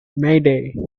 mayday